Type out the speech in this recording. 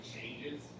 changes